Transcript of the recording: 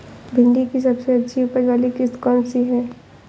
भिंडी की सबसे अच्छी उपज वाली किश्त कौन सी है?